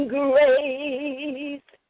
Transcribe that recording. grace